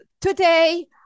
today